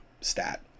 stat